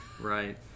Right